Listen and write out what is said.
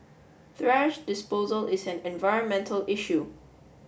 thrash disposal is an environmental issue